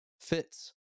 fits